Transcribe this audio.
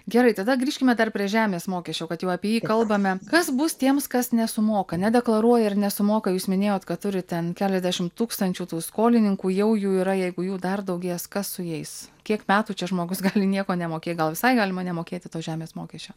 gerai tada grįžkime dar prie žemės mokesčio kad jau apie jį kalbame kas bus tiems kas nesumoka nedeklaruoja ir nesumoka jūs minėjot kad turit ten keliasdešimt tūkstančių tų skolininkų jau jų yra jeigu jų dar daugės kas su jais kiek metų čia žmogus gali nieko nemoki gal visai galima nemokėti tos žemės mokesčio